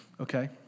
Okay